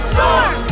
Storm